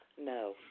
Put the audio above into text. No